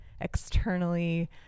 externally